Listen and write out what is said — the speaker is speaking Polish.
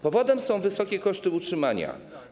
Powodem są wysokie koszty utrzymania.